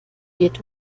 geht